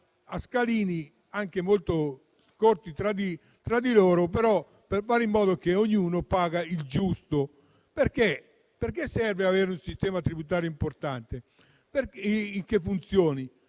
e gradini anche molto vicini tra di loro, per fare in modo che ognuno paghi il giusto. Perché serve avere un sistema tributario che funzioni?